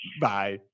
Bye